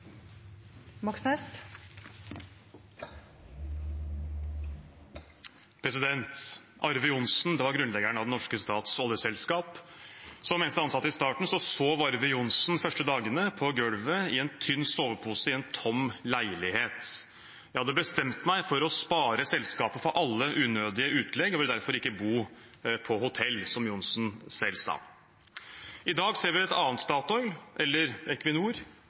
som eneste ansatte i starten sov han de første dagene på gulvet i en tynn sovepose i en tom leilighet. «Jeg hadde bestemt meg for å spare selskapet for alle unødige utlegg og ville derfor ikke bo på hotell», som Johnsen selv sa. I dag ser vi et annet Statoil, eller